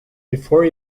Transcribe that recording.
before